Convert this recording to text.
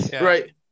right